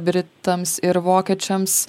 britams ir vokiečiams